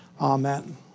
Amen